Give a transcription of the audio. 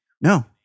no